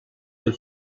del